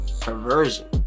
perversion